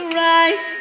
rise